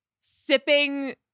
sipping